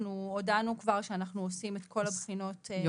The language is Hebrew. הודענו כבר שאנחנו עושים את כל הבחינות --- אני